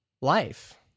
life